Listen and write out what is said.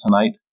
tonight